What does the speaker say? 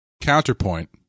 Counterpoint